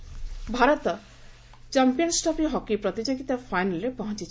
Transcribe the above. hockey Bharat champions trophy hockey ପ୍ରତିଯୋଗିତା ଫାଇନାଲରେ ପହଞ୍ଚ୍ଚି